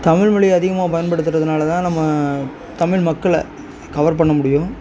தமிழ்மொழியை அதிகமாகப் பயன்படுத்துறதுனால தான் நம்ம தமிழ் மக்களை கவர் பண்ண முடியும்